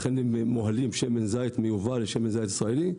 שאכן הם מוהלים שמן זית מיובא עם שמן זית ישראלי,